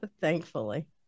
thankfully